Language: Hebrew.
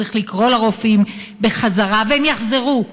צריך לקרוא לרופאים בחזרה, והם יחזרו,